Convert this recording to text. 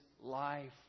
life